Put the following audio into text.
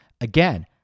Again